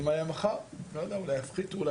אנחנו לא רוצים